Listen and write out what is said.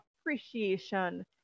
appreciation